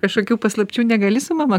kažkokių paslapčių negali su mama